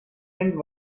end